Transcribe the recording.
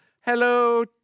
Hello